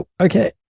Okay